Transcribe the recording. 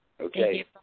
Okay